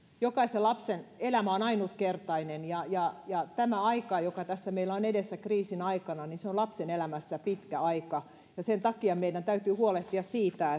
jokaisen lapsen elämä on ainutkertainen ja ja tämä aika joka tässä meillä on edessä kriisin aikana on lapsen elämässä pitkä aika sen takia meidän täytyy huolehtia siitä